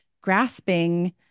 grasping